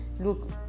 Look